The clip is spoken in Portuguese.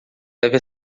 deve